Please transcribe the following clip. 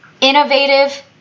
innovative